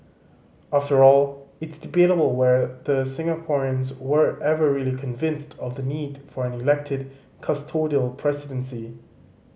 after all it's debatable whether Singaporeans were ever really convinced of the need for an elected custodial presidency